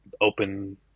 open